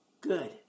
Good